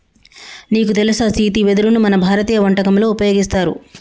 నీకు తెలుసా సీతి వెదరును మన భారతీయ వంటకంలో ఉపయోగిస్తారు